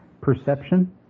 perception